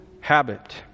habit